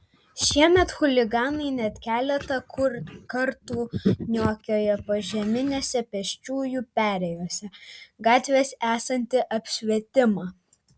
šiemet chuliganai net keletą kartų niokojo požeminėse pėsčiųjų perėjose gatvėse esantį apšvietimą